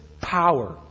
power